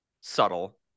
subtle